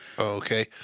okay